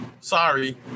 Sorry